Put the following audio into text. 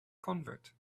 convert